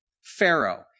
Pharaoh